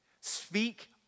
Speak